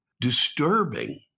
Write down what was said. disturbing